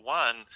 one